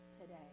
today